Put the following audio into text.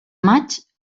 maig